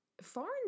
foreign